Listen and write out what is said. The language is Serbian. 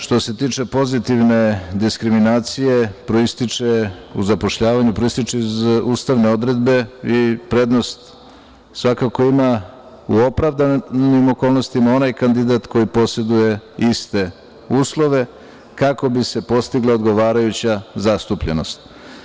Što se tiče pozitivne diskriminacije u zapošljavanju, proističe iz ustavne odredbe i prednost svakako ima u opravdanim okolnostima onaj kandidat koji poseduje iste uslove kako bi se postigla odgovarajuća zastupljenost.